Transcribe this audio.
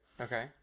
Okay